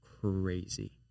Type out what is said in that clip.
crazy